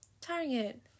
Target